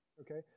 Okay